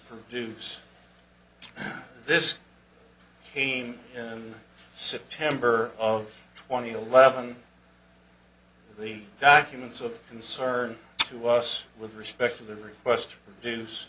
from dues this came in september of twenty eleven the documents of concern to us with respect to the request